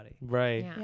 Right